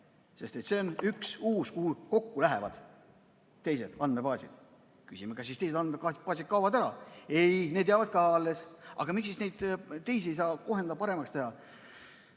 Sest see on üks uus, kuhu kokku lähevad teised andmebaasid. Küsime, kas siis teised andmebaasid kaovad ära. Ei, need jäävad ka alles. Aga miks siis ei saa neid teisi kohendada, paremaks teha?